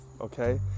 okay